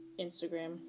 Instagram